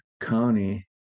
County